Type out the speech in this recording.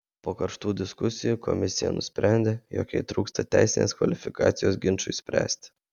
po karštų diskusijų komisija nusprendė jog jai trūksta teisinės kvalifikacijos ginčui spręsti